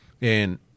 and-